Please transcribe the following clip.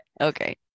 Okay